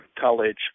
college